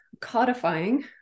codifying